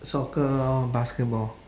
soccer or basketball